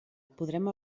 podrem